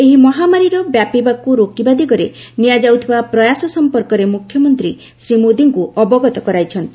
ଏହି ମହାମାରୀର ବ୍ୟାପିବାକୁ ରୋକିବା ଦିଗରେ ନିଆଯାଉଥିବା ପ୍ରୟାସ ସମ୍ପର୍କରେ ମୁଖ୍ୟମନ୍ତ୍ରୀ ଶ୍ରୀମୋଦୀଙ୍କୁ ଅବଗତ କରାଇଛନ୍ତି